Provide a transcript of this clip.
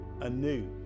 anew